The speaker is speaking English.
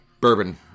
Bourbon